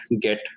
get